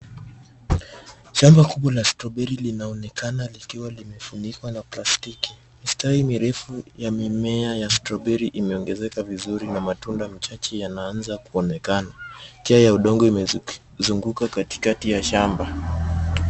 Shamba kubwa la strawberry linaonekana likiwa limefunikwa na plastiki. Mistari mirefu ya mimea ya strawberry imeongezeka vizuri na matunda machache yanaanza kuonekana. Njia ya udongo imezunguka katikati ya shamba.